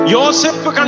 Joseph